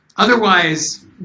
Otherwise